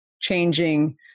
changing